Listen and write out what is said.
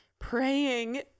praying